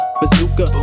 bazooka